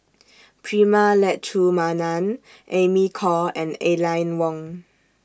Prema Letchumanan Amy Khor and Aline Wong